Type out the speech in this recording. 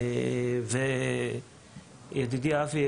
ידידי אבי,